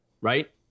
Right